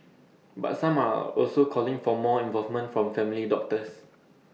but some are also calling for more involvement from family doctors